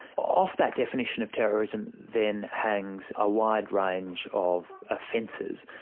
off that definition of terrorism then hangs a wide range of offences.